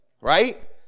right